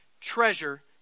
treasure